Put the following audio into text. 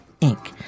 Inc